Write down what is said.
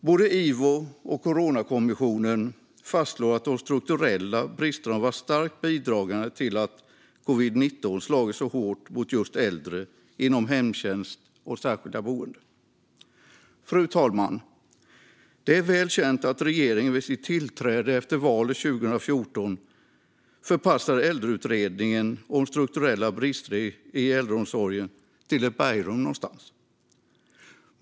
Både IVO och Coronakommissionen fastslår att de strukturella bristerna har varit starkt bidragande till att covid-19 har slagit så hårt mot just äldre inom hemtjänst och särskilda boenden. Fru talman! Det är väl känt att regeringen vid sitt tillträde efter valet 2014 förpassade Äldreutredningen om strukturella brister i äldreomsorgen till ett bergrum någonstans.